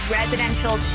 residential